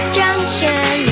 junction